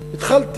התחלתי,